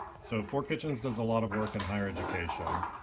so fourkitchens does a lot of work in higher education.